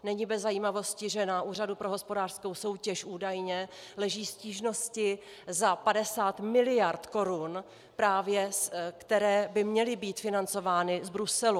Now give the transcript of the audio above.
Není bez zajímavosti, že na Úřadu pro hospodářskou soutěž údajně leží stížnosti za 50 miliard korun, které by právě měly být financovány z Bruselu.